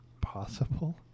possible